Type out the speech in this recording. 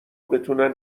بتونن